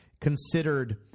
considered